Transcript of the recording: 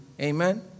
Amen